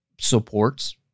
supports